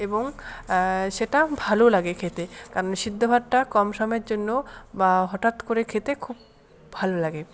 এবং সেটা ভালোও লাগে খেতে সিদ্ধ ভাতটা কম সময়ের জন্য বা হটাৎ করে খেতে খুব ভালো লাগে